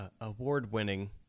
award-winning